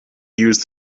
use